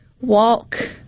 walk